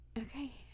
Okay